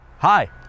Hi